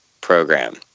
program